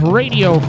radio